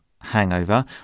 hangover